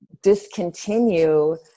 discontinue